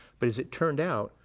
but as it turned out,